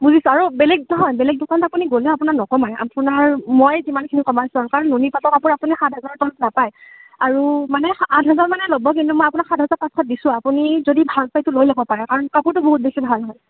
বুজিছোঁ আৰু বেলেগ নহয় বেলেগ দোকানলৈ গ'লেও আপোনাক নকমাই আপোনাৰ ময়ে যিমাৰ্খিনি কমাইছোঁ আৰু কাৰণ নুনী পাতৰ কাপোৰ আপুনি সাত হেজাৰৰ তলত নাপায় আৰু মানে আঠ হেজাৰ মানে ল'ব কিন্তু মই আপোনাক সাত হেজাৰ পাঁচশত দিছোঁ আপুনি যদি ভাল পায় এইটো লৈ ল'ব পাৰে কাৰণ কাপোৰটো বহুত বেছি ভাল হয়